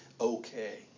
okay